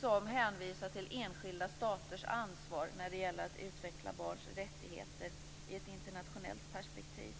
som hänvisar till enskilda staters ansvar när det gäller att utveckla barns rättigheter i ett internationellt perspektiv.